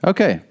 Okay